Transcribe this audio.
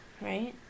Right